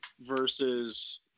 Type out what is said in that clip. versus